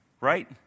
right